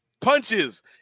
punches